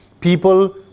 people